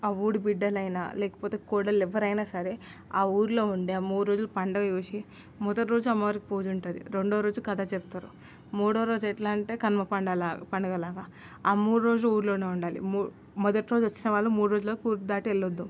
ఆ ఊరి బిడ్డలైన లేకపోతే కోడళ్ళు ఎవరైనా సరే ఆ ఊరిలో ఉండే ఆ మూడు రోజులు పండుగ చూసి మొదటి రోజు అమ్మవారి పూజ ఉంటుంది రెండవ రోజు కథ చెప్తారు మూడవ రోజు ఎట్లా అంటే కనుమ పండుగలాగా పండుగలాగా ఆ మూడు రోజులు ఊరిలోనే ఉండాలి మొదటి రోజు వచ్చిన వాళ్ళు మూడు రోజులు ఊరు దాటి వెళ్ళద్దు